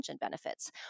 benefits